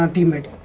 um the mid